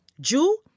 Jew